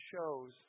shows